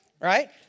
right